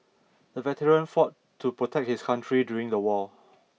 the veteran fought to protect his country during the war